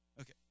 Okay